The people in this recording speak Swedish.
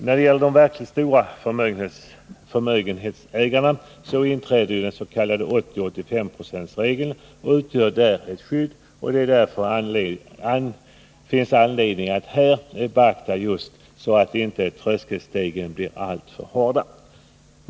När det gäller de verkligt stora förmögenhetsägarna utgör den s.k. 80-85-procentsregeln ett skydd. Det finns därför anledning att här beakta att inte tröskelstegen blir alltför branta.